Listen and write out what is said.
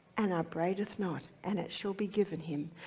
and upbraideth not, and it shall be given him,